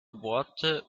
worte